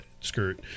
skirt